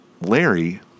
Larry